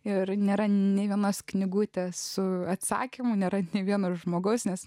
ir nėra nė vienos knygutės su atsakymu nėra nė vieno žmogaus nes